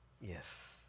Yes